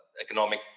economic